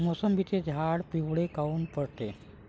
मोसंबीचे झाडं पिवळे काऊन पडते?